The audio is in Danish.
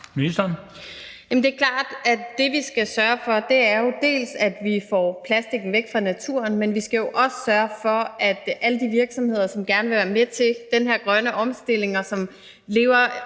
Det er klart, at det, vi skal sørge for, er, at vi dels får plastikken væk fra naturen, dels at alle de virksomheder, som gerne vil være med til den her grønne omstilling, og som lever